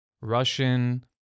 Russian